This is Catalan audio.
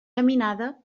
geminada